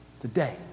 today